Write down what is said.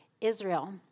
Israel